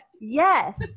Yes